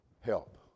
help